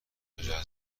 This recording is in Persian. میتونه